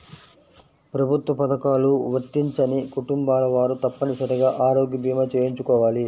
ప్రభుత్వ పథకాలు వర్తించని కుటుంబాల వారు తప్పనిసరిగా ఆరోగ్య భీమా చేయించుకోవాలి